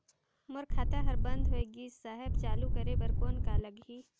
मोर खाता हर बंद होय गिस साहेब चालू करे बार कौन का लगही?